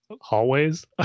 Hallways